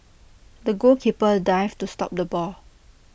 the goalkeeper dived to stop the ball